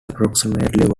approximately